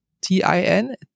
TIN